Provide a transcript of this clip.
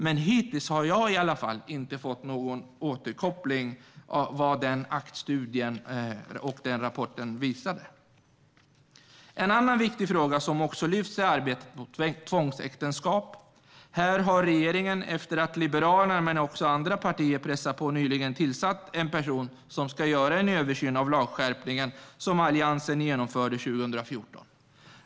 Men hittills har jag inte fått någon återkoppling av vad den rapporten visade. En annan viktig fråga som lyfts upp är arbetet mot tvångsäktenskap. Regeringen har, efter att Liberalerna men också andra partier pressat på, nyligen tillsatt en person som ska göra en översyn av den lagskärpning som Alliansen genomförde 2014.